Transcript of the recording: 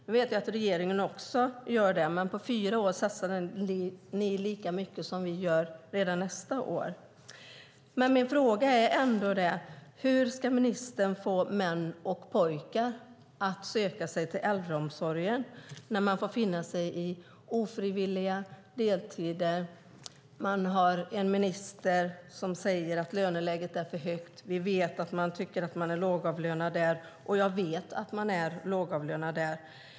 Nu vet jag att regeringen också gör det, men på fyra år satsar ni lika mycket som vi gör redan nästa år. Min fråga är: Hur ska ministern få män och pojkar att söka sig till äldreomsorgen, när de får finna sig i ofrivilliga deltider och vi har en minister som säger att löneläget är för högt? Vi vet att man tycker att man är lågavlönad där, och jag vet att man är lågavlönad där.